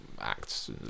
acts